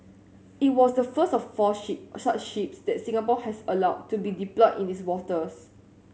it was the first of four ship such ships that Singapore has allowed to be deployed in its waters